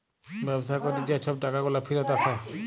ব্যবসা ক্যরে যে ছব টাকাগুলা ফিরত আসে